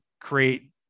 create